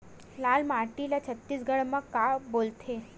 लाल माटी ला छत्तीसगढ़ी मा का बोलथे?